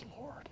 Lord